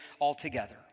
altogether